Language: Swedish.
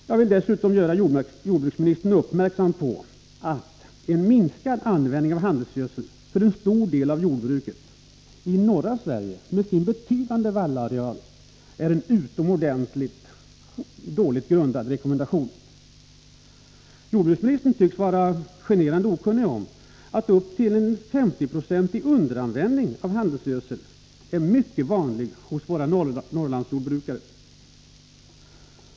Jag vill dessutom göra jordbruksministern uppmärksam på att en minskad användning av handelsgödsel för en stor del av jordbruket i norra Sverige, med sina betydande vallarealer, är en utomordentligt dålig rekommendation. Jordbruksministern tycks vara generande okunnig om att en upp till 50-procentig underanvändning av handelsgödsel är mycket vanlig hos våra Norrlandsjordbrukare.